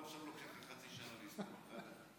עכשיו לוקח לך חצי שנה לספור אחד-אחד.